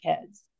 kids